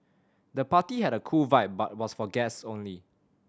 the party had a cool vibe but was for guests only